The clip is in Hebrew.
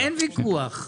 אין ויכוח.